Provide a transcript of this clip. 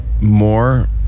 more